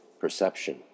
perception